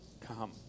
come